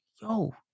yo